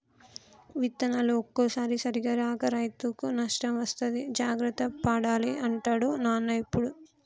విత్తనాలు ఒక్కోసారి సరిగా రాక రైతుకు నష్టం వస్తది జాగ్రత్త పడాలి అంటాడు నాన్న ఎప్పుడు